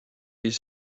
his